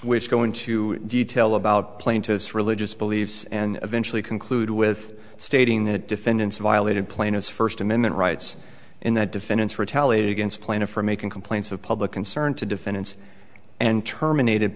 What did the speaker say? which go into detail about plaintiff's religious beliefs and eventually conclude with stating that defendants violated plaintiff's first amendment rights and that defendants retaliated against plaintiff for making complaints of public concern to defendants and terminated